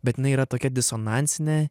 bet jinai yra tokia disonansinė